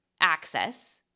access